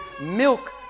milk